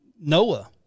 Noah